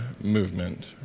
movement